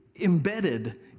embedded